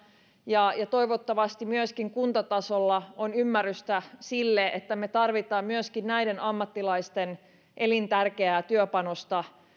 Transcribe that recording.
ja ja toivottavasti myöskin kuntatasolla on ymmärrystä sille että me tarvitsemme myöskin näiden ammattilaisten elintärkeää työpanosta